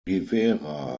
rivera